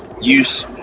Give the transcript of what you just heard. use